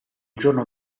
giorno